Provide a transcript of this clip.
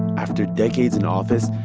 after decades in office,